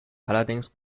allerdings